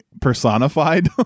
personified